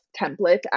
template